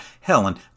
Helen